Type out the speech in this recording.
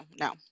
no